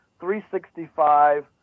365